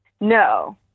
No